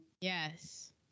Yes